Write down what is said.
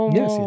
Yes